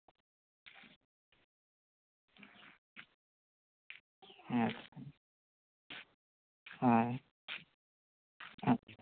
ᱦᱮᱸ ᱦᱮᱸ ᱟᱪᱪᱷᱟ